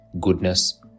goodness